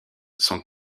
sont